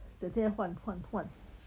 整天换换换